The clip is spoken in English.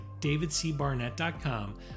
davidcbarnett.com